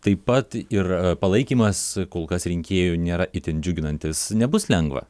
taip pat ir palaikymas kol kas rinkėjų nėra itin džiuginantis nebus lengva